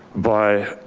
by